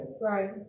Right